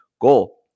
Goal